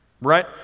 Right